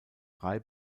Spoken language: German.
drei